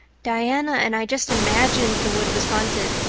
diana and i just imagined the wood was haunted.